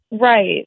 Right